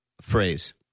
phrase